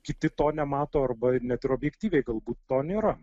kiti to nemato arba net ir objektyviai galbūt to nėra